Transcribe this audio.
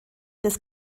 des